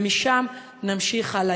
ומשם נמשיך הלאה.